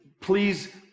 please